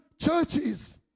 churches